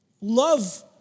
love